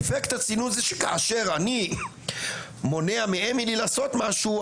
"אפקט הצינון" זה שכאשר אני מונע מאמילי לעשות משהו,